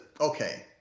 okay